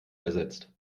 ersetzt